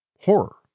horror